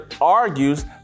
argues